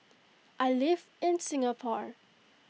I live in Singapore